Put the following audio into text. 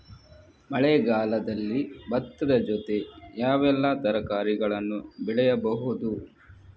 ಮಳೆಗಾಲದಲ್ಲಿ ಭತ್ತದ ಜೊತೆ ಯಾವೆಲ್ಲಾ ತರಕಾರಿಗಳನ್ನು ಬೆಳೆಯಬಹುದು?